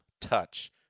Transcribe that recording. touch